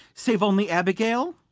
save only abigail!